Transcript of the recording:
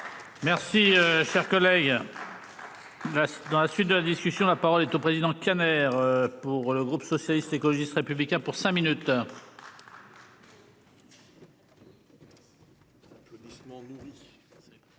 Merci cher collègue. Dans la suite de la discussion, la parole est au président Kanner pour le groupe socialiste, écologiste républicains pour cinq minutes. Applaudissements